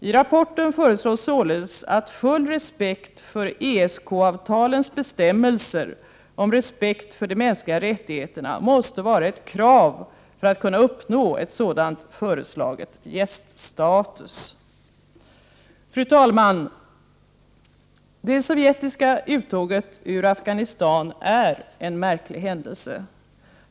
I rapporten föreslås således att full respekt för ESK-avtalens bestämmelser om respekt för de mänskliga rättigheterna måste vara ett krav för att kunna uppnå en sådan föreslagen gäststatus. Fru talman! Det sovjetiska uttåget ur Afghanistan är en märklig händelse.